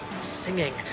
singing